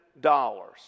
dollars